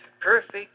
perfect